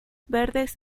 verdes